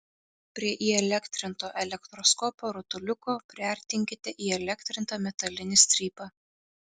prie įelektrinto elektroskopo rutuliuko priartinkite įelektrintą metalinį strypą